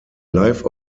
live